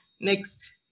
Next